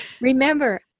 remember